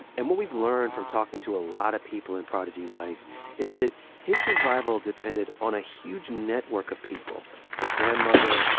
and what we've learned from talking to a lot of people in prodigy's life is that his survival depended on a huge network of people his grandmother,